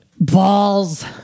Balls